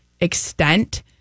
extent